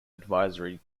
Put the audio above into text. advisory